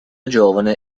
giovane